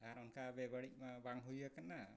ᱟᱨ ᱚᱱᱠᱟ ᱵᱮᱵᱟᱹᱲᱤᱡ ᱢᱟ ᱵᱟᱝ ᱦᱩᱭ ᱟᱠᱟᱱᱟ